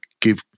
give